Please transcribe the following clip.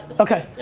okay.